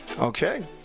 Okay